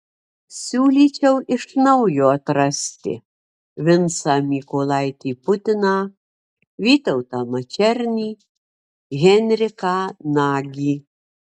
siūlyčiau iš naujo atrasti vincą mykolaitį putiną vytautą mačernį henriką nagį